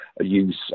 use